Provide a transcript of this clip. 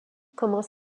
commence